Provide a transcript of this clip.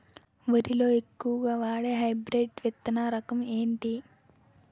వరి లో ఎక్కువుగా వాడే హైబ్రిడ్ విత్తన రకం ఏంటి?